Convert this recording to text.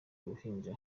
ruhinja